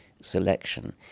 selection